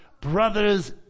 brothers